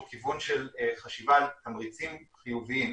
כיוון של חשיבה על תמריצים חיוביים,